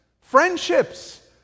friendships